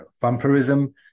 vampirism